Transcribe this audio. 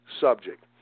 subject